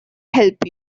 help